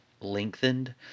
lengthened